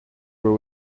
will